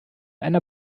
einer